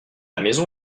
maison